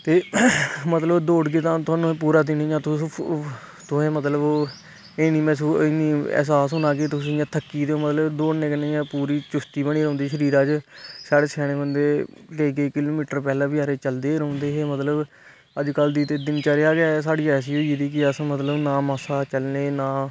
ते मतलब दौड़ गै तां थुहानू पूरा दिन इयां तुसें मतलब ओह् एह् नेईं एहसास होना कि तुस इयां थक्की गेदे हो मतलब दौड़ने कन्नै इयां पूरी चुस्ती बनी रौहंदी साढ़े शरिरे च स्याने बंदे केंइ केंइ किलोमिटर पैहलें बचारे चलदे गै रौंहदे हे मतलब अजकल दी दिनचर्या गै साढ़ी ऐसी होई गेदी कि अस मतलब ना मसा चलने नां